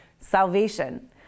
salvation